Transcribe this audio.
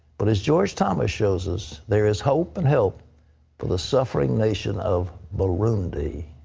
but as george thomas shows us, there is hope and help for the suffering nation of burundi